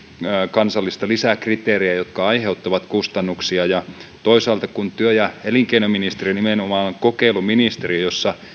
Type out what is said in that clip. kansallista lisäkriteeriä jotka aiheuttavat kustannuksia toisaalta työ ja elinkeinoministeriö nimenomaan on kokeiluministeriö jossa